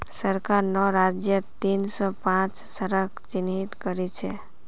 सरकार नौ राज्यत तीन सौ पांच शहरक चिह्नित करिल छे